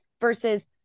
versus